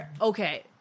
Okay